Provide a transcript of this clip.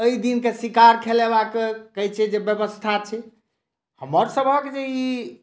एहि दिनकेँ शिकार खेलबाके कहै छै जे व्यवस्था छै हमर सभक जे ई